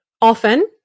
often